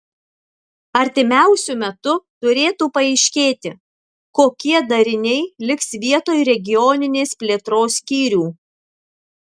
artimiausiu metu turėtų paaiškėti kokie dariniai liks vietoj regioninės plėtros skyrių